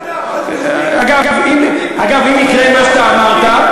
אגב, אם יקרה מה שאתה אמרת,